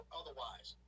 otherwise